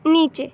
نیچے